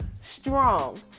strong